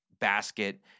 basket